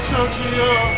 Tokyo